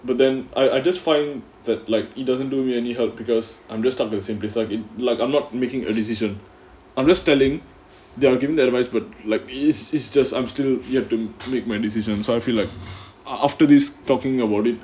but then I I just find that like he doesn't do me any help because I'm just stuck in the same place like like I'm not making a decision I'm just telling they're giving me advice but like it's it's just I'm still you have to make my decision so I feel like af~ after this talking about it